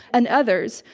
and others.